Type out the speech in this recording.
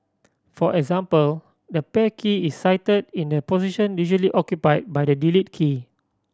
for example the pair key is site in the position usually occupy by the delete key